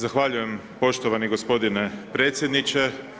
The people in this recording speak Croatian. Zahvaljujem poštovani g. predsjedniče.